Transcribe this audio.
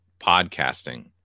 podcasting